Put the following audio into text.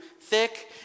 thick